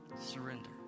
Surrender